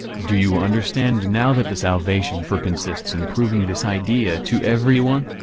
do you understand now that the salvation for consists in proving this idea to every one?